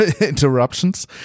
interruptions